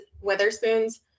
Witherspoon's